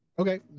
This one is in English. Okay